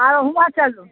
आओर हुआँ चलू